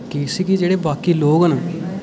कि इसी जेह्ड़े बाकी लोक न